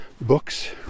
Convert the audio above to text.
books